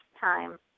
time